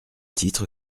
titre